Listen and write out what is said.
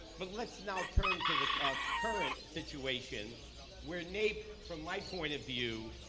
but let's now turn to the current situation where naep, from my point of view,